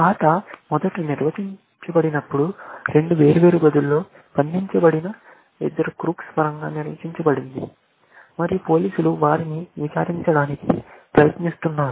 ఆట మొదట నిర్వచించబడినప్పుడు రెండు వేర్వేరు గదుల్లో బంధించబడిన ఇద్దరు క్రూక్స్ పరంగా నిర్వచించబడింది మరియు పోలీసులు వారిని విచారించడానికి ప్రయత్నిస్తున్నారు